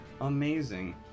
Amazing